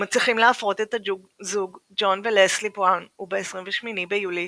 הם מצליחים להפרות את הזוג ג'ון ולסלי בראון וב-28 ביולי